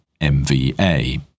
MVA